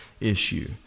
issue